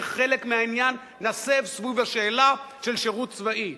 וחלק מהעניין נסב סביב השאלה של שירות צבאי.